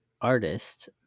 Artist